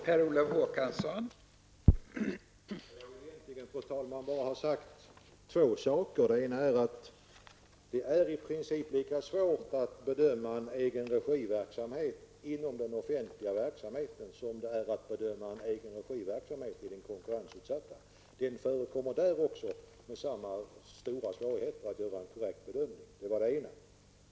Fru talman! Jag vill egentligen bara få två saker sagt. Det ena är att det i princip är lika svårt att bedöma verksamhet i egen regi inom den offentliga verksamheten som att bedöma verksamhet i egen regi inom den konkurrenssatta sektorn. Det förekommer också där samma stora svårigheter att göra en korrekt bedömning.